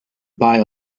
buy